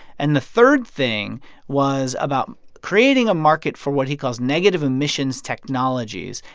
and the third thing was about creating a market for what he calls negative emissions technologies.